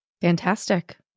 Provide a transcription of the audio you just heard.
Fantastic